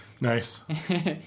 Nice